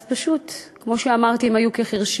אז פשוט, כמו שאמרתי, הם היו כחירשים.